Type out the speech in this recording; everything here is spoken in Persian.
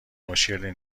مشکلی